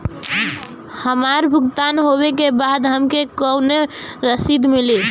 हमार भुगतान होबे के बाद हमके कौनो रसीद मिली?